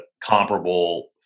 comparable